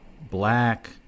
black